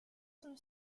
son